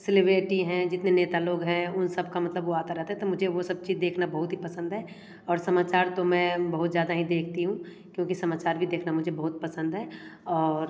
celebrity है जितने नेता लोग हैं उन सब का मतलब वो आता रहता है मुझे वह चीज़ देखना बहुत ही पसंद है और समाचार तो मैं बहुत ज़्यादा ही देखती हूँ क्योंकि समाचार भी देखना मुझे बहुत पसंद है और